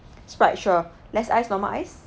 Sprite sure less ice normal ice